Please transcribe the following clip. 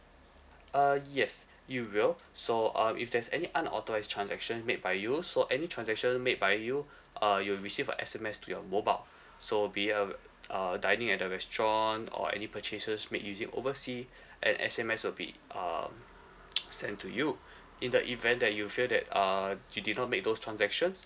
uh yes you will so um if there's any unauthorized transaction made by you so any transaction made by you uh you'll receive a S_M_S to your mobile so be a uh dining at the restaurant or any purchases make use it oversea an S_M_S will be um send to you in the event that you feel that uh you did not make those transactions